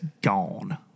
gone